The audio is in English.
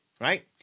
right